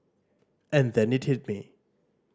and then it hit me